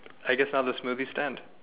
I guess now the smoothie stands